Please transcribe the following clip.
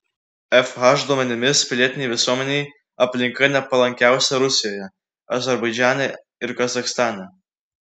fh duomenimis pilietinei visuomenei aplinka nepalankiausia rusijoje azerbaidžane ir kazachstane